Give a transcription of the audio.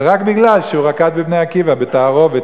זה רק בגלל שהוא רקד ב"בני עקיבא" בתערובת.